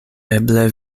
eble